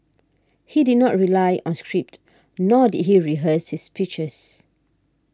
he did not rely on script nor did he rehearse his speeches